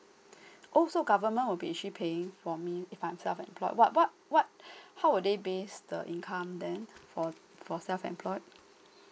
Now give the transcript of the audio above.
oh so government will be she paying for me if I'm self employed what what what how would they based the income then for for self employed